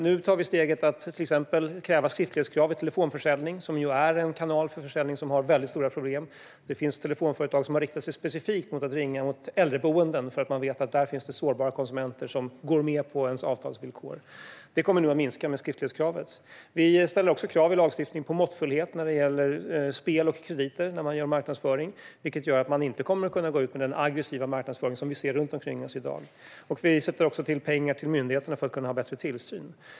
Nu tar vi till exempel steget att införa skriftlighetskrav vid telefonförsäljning, som ju är en kanal för försäljning som har väldigt stora problem. Det finns telefonföretag som har inriktat sig specifikt på att ringa äldreboenden, eftersom man vet att det där finns sårbara konsumenter som går med på ens avtalsvillkor. Med skriftlighetskravet kommer detta att minska. Vi ställer också krav i lagstiftningen på måttfullhet när det gäller marknadsföring av spel och krediter, vilket gör att man inte kommer att kunna gå ut med den aggressiva marknadsföring som vi ser runt omkring oss i dag. Vi avsätter också till pengar till myndigheterna för att kunna ha bättre tillsyn.